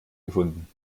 gefunden